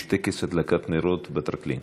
יש טקס הדלקת נרות בטרקלין.